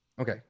Okay